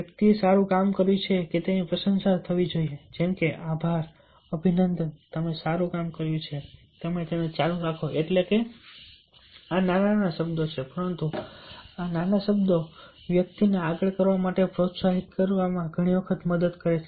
વ્યક્તિએ સારું કામ કર્યું છે કે તેની પ્રશંસા થવી જોઈએ જેમ કે આભાર અભિનંદન તમે સારું કામ કર્યું છે તેને ચાલુ રાખો એટલે હવે આ નાના શબ્દો છે પરંતુ આ નાના શબ્દો વ્યક્તિને આગળ કરવા માટે પ્રોત્સાહિત કરવામાં ઘણી મદદ કરે છે